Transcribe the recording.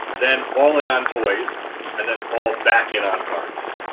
then all in on toys and then all back in on cards.